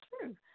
true